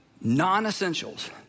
Non-essentials